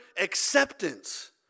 acceptance